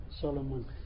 Solomon